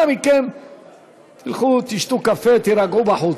אנא מכם, לכו, תשתו קפה, תירגעו בחוץ.